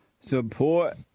support